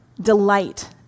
delight